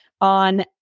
on